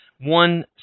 one